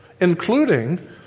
including